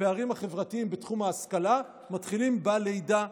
הפערים החברתיים בתחום ההשכלה מתחילים בלידה,